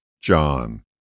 John